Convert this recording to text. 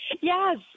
Yes